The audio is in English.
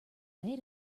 way